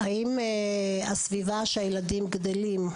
האם הסביבה שהילדים גדלים,